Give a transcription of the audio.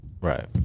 Right